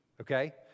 okay